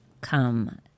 come